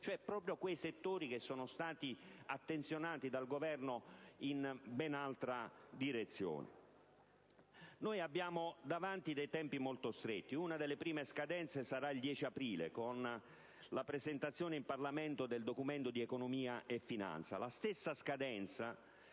cioè proprio quei settori che sono stati oggetto di attenzione da parte del Governo in ben altra direzione. Abbiamo davanti tempi molto ristretti: una delle prime scadenze sarà il 10 aprile, con la presentazione in Parlamento del Documento di economia e finanza. La stessa scadenza